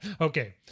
Okay